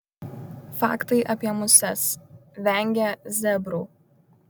faktai apie muses vengia zebrų